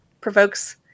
provokes